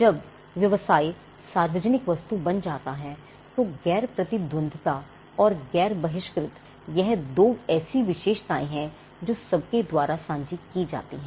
जब व्यवसाय सार्वजनिक वस्तु बन जाता है तो गैर प्रतिद्वंद्विता और गैर बहिष्कृत यह दो ऐसी विशेषताएं हैं जो सबकी द्वारा सांझी की जाती हैं